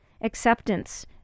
acceptance